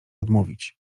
odmówić